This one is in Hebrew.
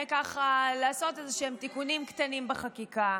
ככה לעשות איזשהם תיקונים קטנים בחקיקה?